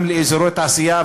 גם לאזורי תעשייה,